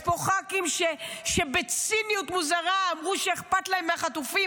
אני אגיד להם שהוא הצביע נגד עסקת חטופים,